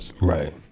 right